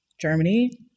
Germany